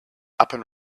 upon